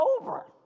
over